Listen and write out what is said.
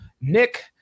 Nick